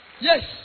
Yes